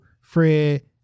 Fred